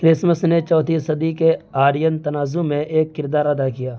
Christmas نے چوتھی صدی کے آرین تنازع میں ایک کردار ادا کیا